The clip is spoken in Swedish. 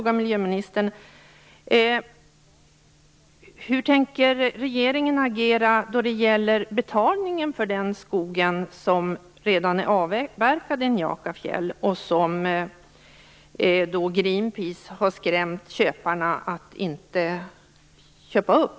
Greenpeace har skrämt köparna att inte köpa upp?